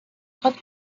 خواد